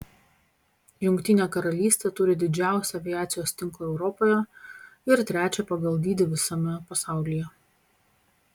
jungtinė karalystė turi didžiausią aviacijos tinklą europoje ir trečią pagal dydį visame pasaulyje